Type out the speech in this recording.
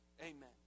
Amen